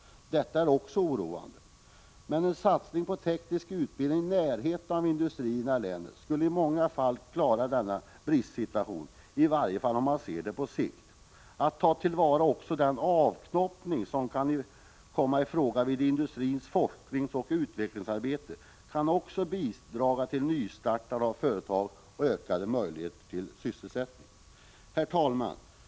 Detta är också oroande. Men en satsning på teknisk utbildning i närheten av industrierna i länet skulle i många fall klara denna bristsituation, i varje fall om man ser det på sikt. Att ta till vara den avknoppning som kan komma i fråga inom industrins forskningsoch utvecklingsarbete kan också bidra till nystartande av företag och öka sysselsättningsmöjligheterna. Herr talman!